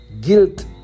guilt